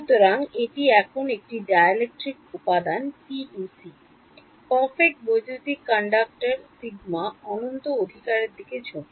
সুতরাং এটি এখন একটি ডাইলেট্রিক উপাদান পিইসি পারফেক্ট বৈদ্যুতিক কন্ডাক্টর সিগমা অনন্ত অধিকারের দিকে ঝোঁক